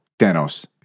Thanos